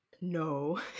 No